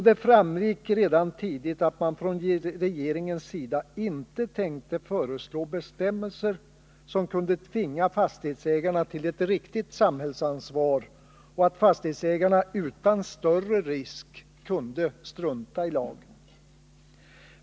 Det framgick redan tidigt att man från regeringens sida inte tänkte föreslå bestämmelser som kunde tvinga fastighetsägarna till ett riktigt samhällsansvar och att fastighetsägarna utan större risk kunde strunta i lagen.